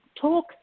talk